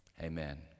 amen